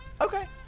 Okay